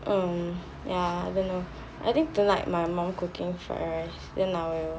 um ya don't know I think tonight my mum cooking fried rice then I will